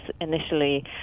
initially